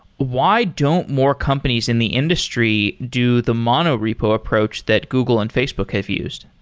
why don't more companies in the industry do the mono repo approach that google and facebook have used?